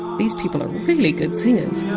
these people are really good singers